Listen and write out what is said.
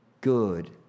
good